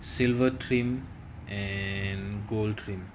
silver trim and gold trim